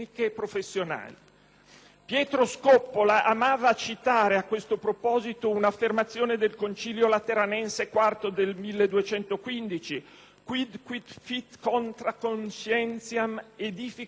Pietro Scoppola amava citare, a questo proposito, un'affermazione del Concilio Lateranense IV del 1215: «*Quidquid fit contra conscientiam aedificat ad Gehennam*»"